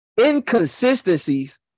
inconsistencies